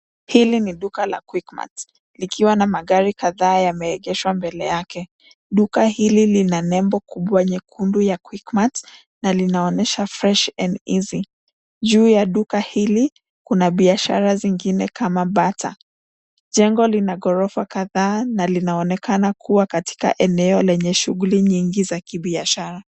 Hili ni duka la Quickmart, likiwa na magari kadhaa yameegeshwa mbele yake. Duka hili lina nembo kubwa nyekundu ya Quickmart na linaonyesha fresh and easy . Juu ya duka hili kuna biashara kuna biashara zingine kama Bata. Jengo lina ghorofa kadhaa na linaonekana kuwa katika eneo lenye shughuli nyingi za kibiashara.